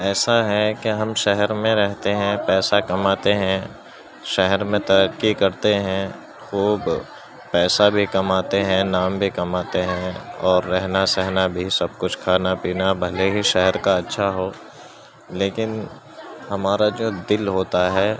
ایسا ہے کہ ہم شہر میں رہتے ہیں پیسہ کماتے ہیں شہر میں ترقی کرتے ہیں خوب پیسہ بھی کماتے ہیں نام بھی کماتے ہیں اور رہنا سہنا بھی سب کچھ کھانا پینا بھلے ہی شہر کا اچھا ہو لیکن ہمارا جو دل ہوتا ہے